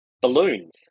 balloons